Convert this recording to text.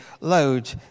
load